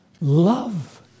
Love